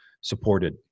supported